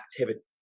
activity